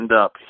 up